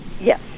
Yes